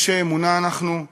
אנשי אמונה אנחנו,